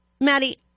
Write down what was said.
Maddie